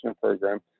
program